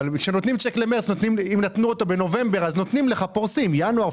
אם נתנו בנובמבר את הצ'ק הדחוי למרץ אז פורסים לך: ינואר,